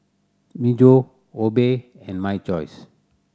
Myojo Obey and My Choice